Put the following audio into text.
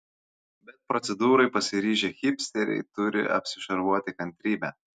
bet procedūrai pasiryžę hipsteriai turi apsišarvuoti kantrybe